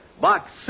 Box